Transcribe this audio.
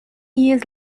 years